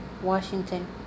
Washington